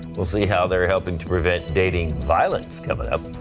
we'll see how they're helping to prevent dating violence coming up.